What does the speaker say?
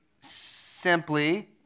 simply